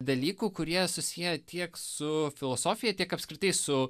dalykų kurie susiję tiek su filosofija tiek apskritai su